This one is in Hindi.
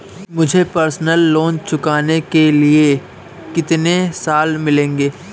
मुझे पर्सनल लोंन चुकाने के लिए कितने साल मिलेंगे?